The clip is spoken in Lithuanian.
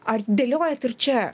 ar dėliojat ir čia